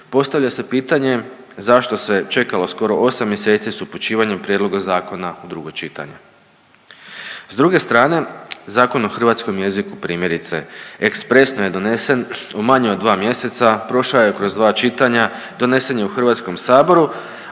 postavlja se pitanje zašto se čekalo skoro 8 mjeseci s upućivanjem prijedloga zakona u drugo čitanje? S druge strane Zakon o hrvatskom jeziku primjerice ekspresno je donesen u manje od dva mjeseca, prošao je kroz dva čitanja, donesen je u HS, a